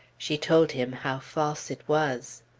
she told him how false it was.